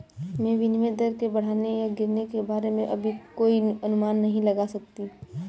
मैं विनिमय दर के बढ़ने या गिरने के बारे में अभी कोई अनुमान नहीं लगा सकती